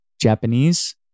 Japanese